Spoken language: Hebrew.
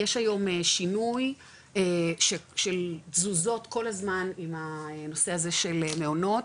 יש היום שינוי של תזוזות כל הזמן עם הנושא הזה של מעונות,